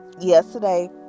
yesterday